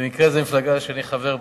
במקרה זו מפלגה שאני חבר בה,